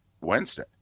Wednesday